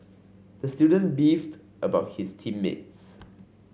the student beefed about his team mates